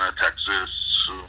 Texas